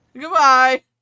goodbye